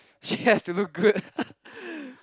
she has to look good